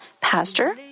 pastor